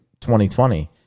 2020